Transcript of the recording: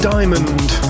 Diamond